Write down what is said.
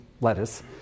lettuce